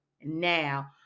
now